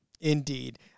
Indeed